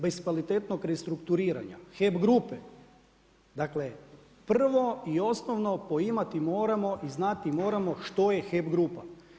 Bez kvalitetnog restrukturiranja, HEP Grupe, dakle, prvo i osnovno poimati moramo i znati moramo što je HEP Grupa.